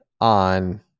on